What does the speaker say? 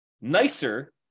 nicer